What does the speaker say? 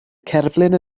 cerflun